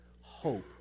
hope